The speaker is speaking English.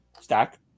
stack